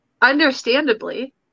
understandably